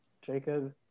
Jacob